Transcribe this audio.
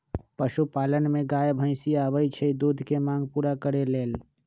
पशुपालन में गाय भइसी आबइ छइ दूध के मांग पुरा करे लेल